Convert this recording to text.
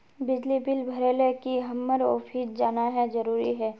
बिजली बिल भरे ले की हम्मर ऑफिस जाना है जरूरी है?